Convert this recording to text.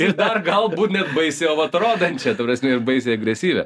ir dar galbūt baisiau atrodančią ta prasme ir baisiai agresyvią